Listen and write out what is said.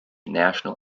national